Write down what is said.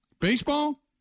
Baseball